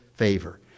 favor